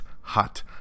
hot